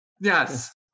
Yes